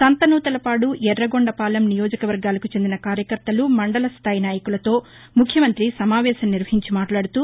సంతనూతలపాడు యరగొండపాలెం నియోజక వర్గాలకు చెందిన కార్యకర్తలు మండలస్థాయి నాయికులతో ముఖ్యమంతి సమావేశం నిర్వహించి మాట్లాడుతూ